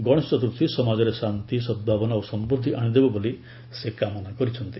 ଗଣେଶ ଚତୁର୍ଥୀ ସମାଜରେ ଶାନ୍ତି ସଦ୍ଭାବନା ଓ ସମୃଦ୍ଧି ଆଣିଦେବ ବୋଲି ସେ କାମନା କରିଛନ୍ତି